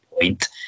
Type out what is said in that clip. point